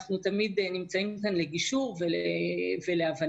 אנחנו תמיד נמצאים כאן לגישור ולהבנה.